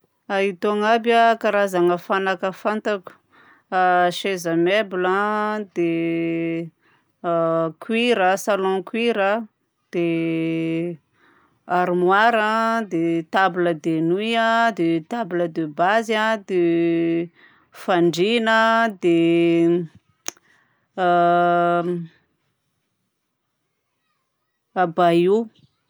A itony aby a karazagna fanaka fantako: a seza meuble, dia cuir a salon cuir a, dia armoire a, dia table de nuit a, dia table de base a, dia fandriana dia a bahut.